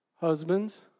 Husbands